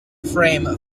frame